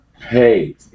Hey